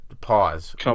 pause